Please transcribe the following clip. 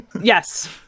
Yes